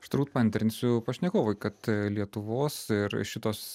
aš turbūt paantrinsiu pašnekovui kad lietuvos ir šitos